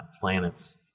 planets